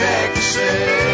Texas